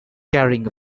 guns